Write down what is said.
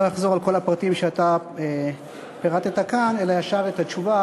לא אחזור על כל הפרטים שאתה פירטת כאן אלא אתן ישר את התשובה.